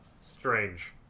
strange